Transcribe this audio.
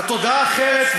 התודה האחרת,